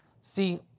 See